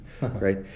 right